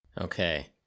Okay